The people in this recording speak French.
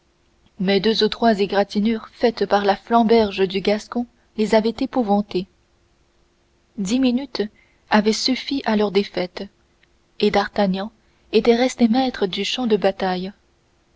mais deux ou trois égratignures faites par la flamberge du gascon les avaient épouvantés dix minutes avaient suffi à leur défaite et d'artagnan était resté maître du champ de bataille